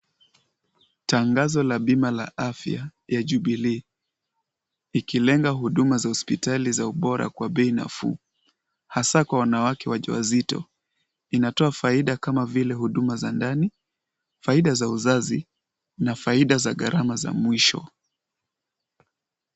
Tangazo la bima la afya ya jubilee ikilenga huduma za hospitali za ubora kwa bei nafuu hasaa kwa wanawake waja wazito. Inatoa faida kama vile huduma za ndani, faida za uzazi na faida za gharama za mwisho.